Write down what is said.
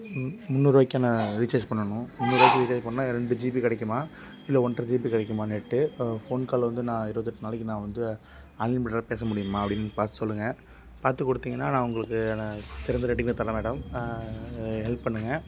மு முந்நூறுரூவாய்க்கு நான் ரீசார்ஜ் பண்ணணும் முந்நூறுரூவாய்க்கி ரீசார்ஜ் பண்ணால் ரெண்டு ஜிபி கிடைக்குமா இல்லை ஒன்றை ஜிபி கிடைக்குமா நெட்டு இப்போ ஃபோன் கால் வந்து நான் இருபத்தெட் நாளைக்கு நான் வந்து அன்லிமிடெட் பேச முடியுமா அப்படினு பார்த்து சொல்லுங்கள் பார்த்து கொடுத்தீங்கன்னா நான் உங்களுக்கான சிறந்த ரேட்டிங் மே தரேன் மேடம் ஹெல்ப் பண்ணுங்கள்